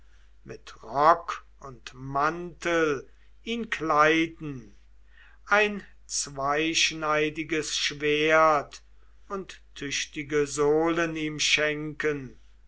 mit rock und mantel ihn kleiden ein zweischneidiges schwert und tüchtige sohlen ihm schenken